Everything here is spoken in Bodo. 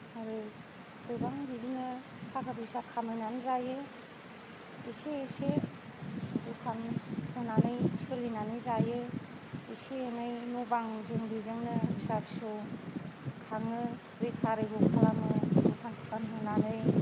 आरो गोबां बिदिनो थाखा फैसा खामायनानै जायो इसे इसे दखान होनानै सोलिनानै जायो इसे एनै न बां जों बेजोंनो फिसा फिसौ खाङो बेफारिबो खालामो दखान सखान होनानै